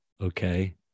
okay